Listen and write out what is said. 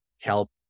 Help